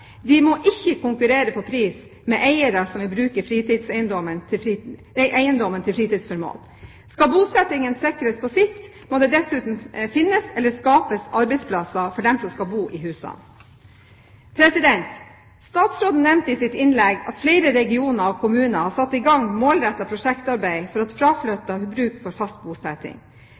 De må ikke konkurrere på pris med eiere som vil bruke eiendommen til fritidsformål. Skal bosettingen sikres på sikt, må det dessuten finnes eller skapes arbeidsplasser for dem som skal bo i husene. Statsråden nevnte i sitt innlegg at flere regioner og kommuner har satt i gang målrettet prosjektarbeid for at fraflyttede bruk får fast bosetting.